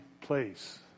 place